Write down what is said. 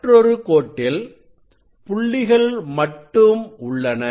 மற்றொரு கோட்டில் புள்ளிகள் மட்டும் உள்ளன